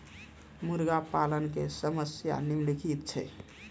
मुर्गा पालन के समस्या निम्नलिखित छै